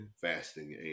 fasting